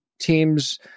teams